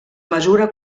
mesura